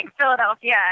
Philadelphia